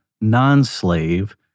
non-slave